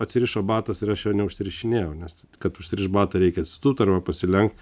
atsirišo batas ir aš jo neužsirišinėjau nes kad užsirišt batą reikia atsitūpt arba pasilenkt